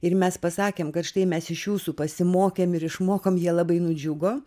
ir mes pasakėm kad štai mes iš jūsų pasimokėm ir išmokom jie labai nudžiugo